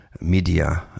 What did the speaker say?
Media